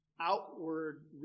outward